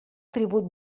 tribut